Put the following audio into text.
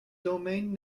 domain